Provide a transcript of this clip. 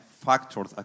factors